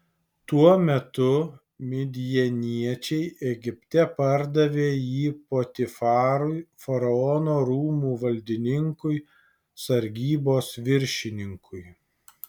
tuo metu midjaniečiai egipte pardavė jį potifarui faraono rūmų valdininkui sargybos viršininkui